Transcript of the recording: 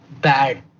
bad